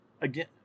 Again